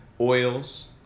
oils